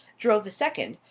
drove a second,